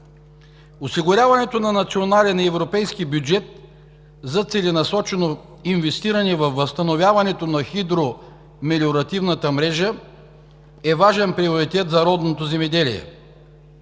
Осигуряването на национален европейски бюджет за целенасочено инвестиране във възстановяването на хидромелиоративната мрежа е важен приоритет за родното земеделие.